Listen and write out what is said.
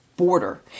border